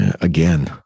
again